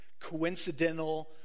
coincidental